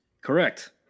Correct